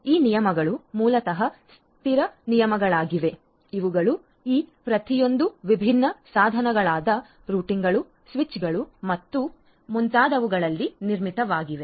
ಈ ನಿಯಮಗಳು ಮೂಲತಃ ಸ್ಥಿರ ನಿಯಮಗಳಾಗಿವೆ ಇವುಗಳು ಈ ಪ್ರತಿಯೊಂದು ವಿಭಿನ್ನ ಸಾಧನಗಳಾದ ರೂಟರ್ಗಳು ಸ್ವಿಚ್ಗಳು ಮತ್ತು ಮುಂತಾದವುಗಳಲ್ಲಿ ನಿರ್ಮಿತವಾಗಿವೆ